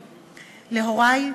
להורי,